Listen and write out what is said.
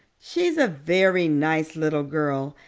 she's a very nice little girl,